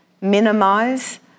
minimize